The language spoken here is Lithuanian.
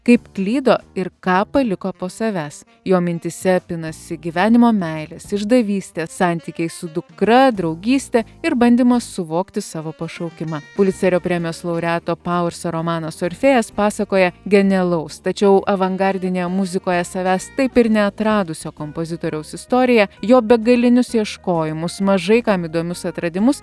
kaip klydo ir ką paliko po savęs jo mintyse pinasi gyvenimo meilės išdavystės santykiai su dukra draugystė ir bandymas suvokti savo pašaukimą pulicerio premijos laureato pauerso romanas orfėjas pasakoja genialaus tačiau avangardinėje muzikoje savęs taip ir neatradusio kompozitoriaus istoriją jo begalinius ieškojimus mažai kam įdomius atradimus